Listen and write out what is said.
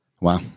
Wow